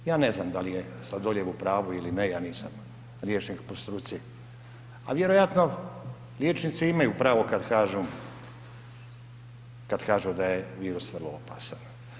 Ja ne znam da li je Sladoljev u pravu ili ne, ja nisam liječnik po struci a vjerojatno liječnici imaju pravo kad kažu da je virus vrlo opasan.